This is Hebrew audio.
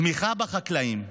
תמיכה בחקלאים.